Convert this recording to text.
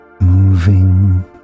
moving